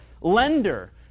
lender